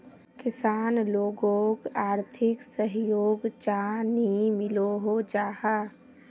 किसान लोगोक आर्थिक सहयोग चाँ नी मिलोहो जाहा?